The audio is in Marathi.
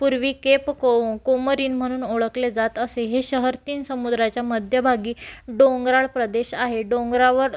पूर्वी केप को कोमरीन म्हणून ओळखले जात असे हे शहर तीन समुद्राच्या मध्यभागी डोंगराळ प्रदेश आहे डोंगरावर